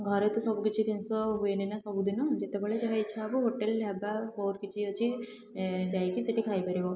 ଘରେ ତ ସବୁକିଛି ଜିନିଷ ହୁଏନିନା ସବୁଦିନ ଯେତେବେଳେ ଯାହା ଇଚ୍ଛା ହେବ ହୋଟେଲ୍ ଢାବା ବହୁତ କିଛି ଅଛି ଯାଇକି ସେଇଠି ଖାଇପାରିବ